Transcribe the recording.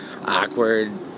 awkward